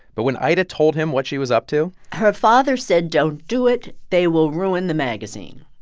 but when ida told him what she was up to. her father said, don't do it they will ruin the magazine.